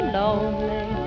lonely